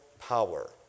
power